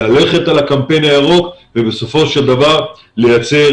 ללכת על הקמפיין הירוק ובסופו של דבר לייצר